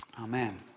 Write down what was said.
Amen